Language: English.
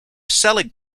selling